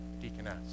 deaconess